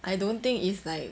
I don't think it's like